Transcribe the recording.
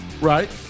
Right